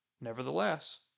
Nevertheless